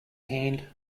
hand